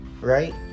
right